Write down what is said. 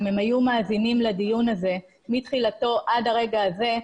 אם הם היו מאזינים לדיון הזה מתחילתו עד לרגע זה,